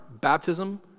baptism